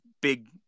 big